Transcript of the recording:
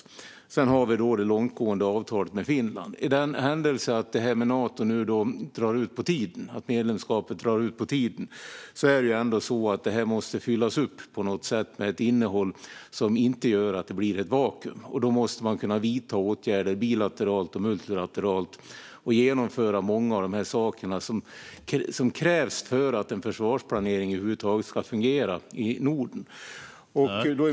Dessutom har vi det långtgående avtalet med Finland. I händelse av att detta med Nato drar ut på tiden, att medlemskapet dröjer, är det ändå så att det här på något sätt måste fyllas upp med ett innehåll som inte gör att det blir ett vakuum. Man måste kunna vidta åtgärder bilateralt och multilateralt och genomföra många av de saker som krävs för att en försvarsplanering över huvud taget ska fungera i Norden.